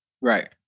Right